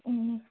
ꯎꯝ